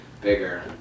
bigger